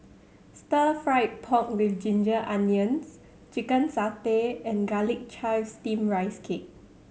Stir Fried Pork With Ginger Onions Chicken satay and Garlic Chives Steamed Rice Cake